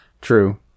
True